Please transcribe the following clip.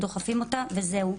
דוחפים אותה וזהו.